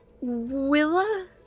Willa